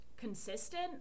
consistent